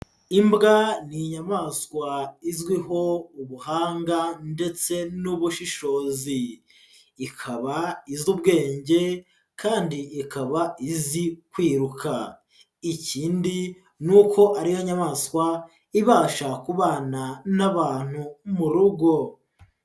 Imbwa ni inyamaswa izwiho ubuhanga ndetse n'ubushishozi, ikaba izi ubwenge kandi ikaba izi kwiruka, ikindi ni uko ari yo nyamaswa ibasha kubana n'abantu mu rugo.